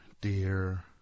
dear